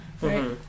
right